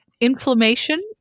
Inflammation